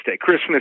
Christmas